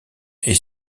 est